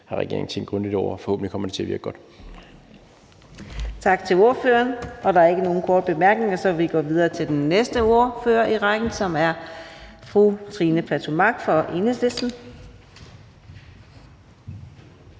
har regeringen tænkt grundigt over, og forhåbentlig kommer det til at virke godt. Kl. 18:26 Fjerde næstformand (Karina Adsbøl): Tak til ordføreren. Der er ikke nogen korte bemærkninger, så vi går videre til næste ordfører i rækken, som er fru Trine Pertou Mach fra Enhedslisten.